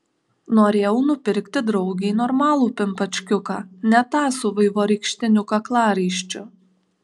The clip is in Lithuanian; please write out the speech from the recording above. norėjau nupirkti draugei normalų pimpačkiuką ne tą su vaivorykštiniu kaklaraiščiu